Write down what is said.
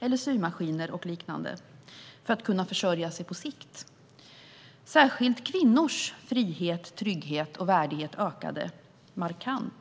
och för att försörja sig på sikt köpte de symaskiner med mera. Särskilt kvinnors frihet, trygghet och värdighet ökade markant.